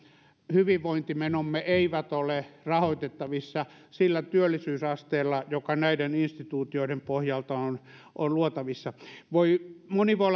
hyvinvointimenomme eivät ole rahoitettavissa sillä työllisyysasteella joka näiden instituutioiden pohjalta on luotavissa moni voi